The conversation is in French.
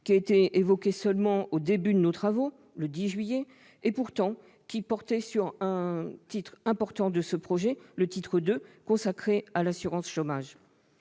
qui a été évoqué seulement au début de nos travaux, le 10 juillet, alors qu'il portait sur un titre important de ce projet de loi, le titre II, consacré à l'assurance chômage.